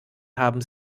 haben